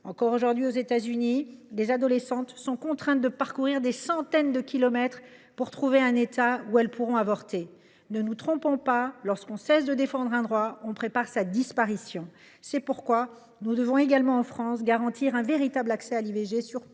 Encore aujourd’hui, aux États Unis, des adolescentes sont contraintes de parcourir des centaines de kilomètres pour trouver un État où elles pourront avorter. Ne nous trompons pas : lorsque l’on cesse de défendre un droit, on prépare sa disparition. C’est pourquoi nous devons garantir un véritable accès à l’IVG sur tout